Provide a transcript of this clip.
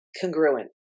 Congruent